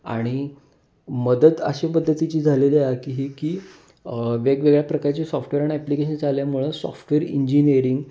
आणि मदत असे पद्धतीची झालेली आ की ही की वेगवेगळ्या प्रकारचे सॉफ्टवेअर आणि ॲप्लिकेशन्स आल्यामुळं सॉफ्टवेअर इंजिनिअरिंग